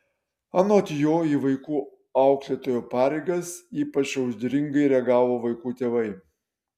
anot jo į vaikų auklėtojo pareigas ypač audringai reagavo vaikų tėvai